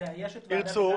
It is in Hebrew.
לאייש את ועדת הקלפי.